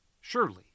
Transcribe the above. surely